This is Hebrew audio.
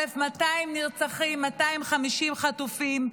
1,200 נרצחים, 250 חטופים.